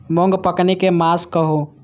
मूँग पकनी के मास कहू?